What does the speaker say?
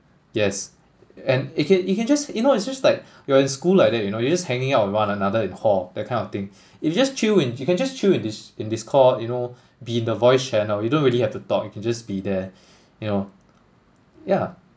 yes and it can it can just you know it's just like you are in school like that you know you just hanging out with one another in hall that kind of thing you just chill in you can just chill in dis~ in discord you know be in the voice channel you don't really have to talk you can just be there you know yeah